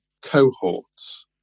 cohorts